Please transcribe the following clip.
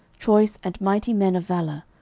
choice and mighty men of valour,